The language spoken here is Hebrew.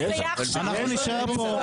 אנחנו נשאר פה.